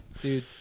Dude